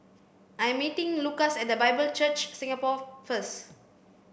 I am meeting Lucas at The Bible Church Singapore first